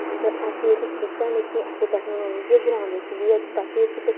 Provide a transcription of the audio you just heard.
ऐसियां चीजां जेह्कियां ऐसी टैक्नैलिजी ग्रांऽ बिच्च बी होए तां कि बच्चे न